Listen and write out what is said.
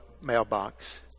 mailbox